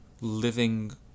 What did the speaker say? living